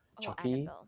Chucky